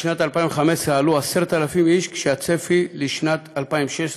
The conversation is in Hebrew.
בשנת 2015 עלו 10,000 איש, והצפי לשנת 2016 דומה.